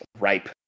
ripe